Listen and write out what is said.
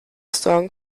song